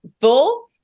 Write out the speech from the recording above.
full